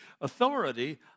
authority